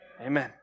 Amen